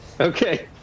Okay